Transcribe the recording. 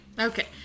Okay